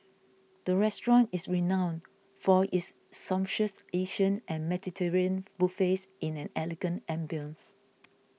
the restaurant is renowned for its sumptuous Asian and Mediterranean buffets in an elegant ambience